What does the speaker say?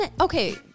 okay